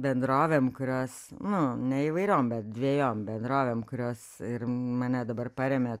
bendrovėm kurios nu ne įvairiom bet dvejom bendrovėm kurios ir mane dabar paremia